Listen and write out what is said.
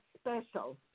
special